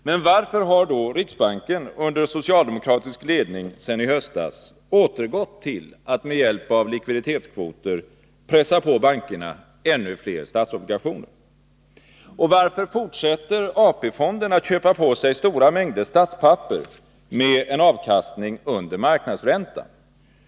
Men varför har då riksbanken under socialdemokratisk ledning sedan i höstas återgått till att med hjälp av likviditetskvoter pressa på bankerna ännu fler statsobligationer? Och varför fortsätter AP-fonden att köpa på sig stora mängder statspapper med en avkastning under marknadsräntan?